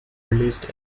released